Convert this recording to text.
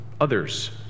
others